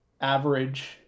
average